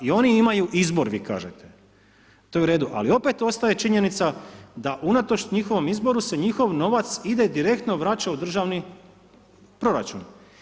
I oni imaju izbor vi kažete, to je u redu, ali opet ostaje činjenica da unatoč njihovom izboru se njihov novac, ide i direktno vraća u državni proračun.